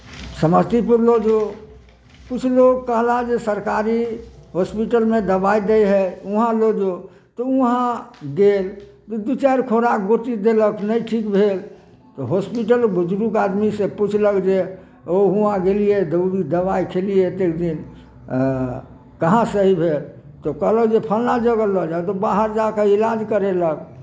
समस्तीपुर लेल जो किछु लोक जे कहला सरकारी हॉस्पिटलमे दवाइ दै हइ उहाँ लऽ जो तऽ उहाँ गेल दू चारि खोराक गोटी देलक नहि ठीक भेल तऽ हॉस्पिटल बुजुर्ग आदमीसँ पुछलक जे ओ उहाँ गेलियै दवाइ खेलियै एतेक दिन कहाँ सही भेल तऽ कहलक जे फलना जगह लऽ जाउ तऽ बाहर जा कऽ इलाज करेलक